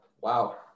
wow